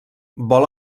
vol